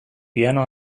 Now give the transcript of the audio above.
piano